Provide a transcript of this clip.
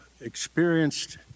experienced